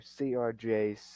CRJ